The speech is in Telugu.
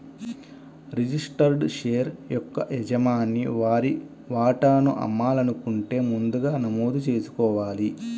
రిజిస్టర్డ్ షేర్ యొక్క యజమాని వారి వాటాను అమ్మాలనుకుంటే ముందుగా నమోదు చేసుకోవాలి